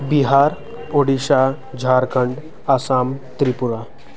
Bihar Odisha Jharkhand Assam Tripura